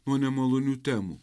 nuo nemalonių temų